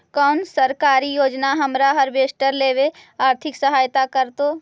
कोन सरकारी योजना हमरा हार्वेस्टर लेवे आर्थिक सहायता करतै?